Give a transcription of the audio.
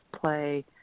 play